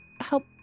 help